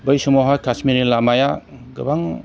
बै समावहाय कासमिरनि लामाया गोबां